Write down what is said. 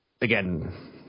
Again